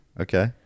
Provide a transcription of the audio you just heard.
Okay